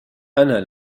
أنا